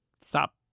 stop